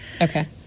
Okay